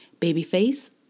Babyface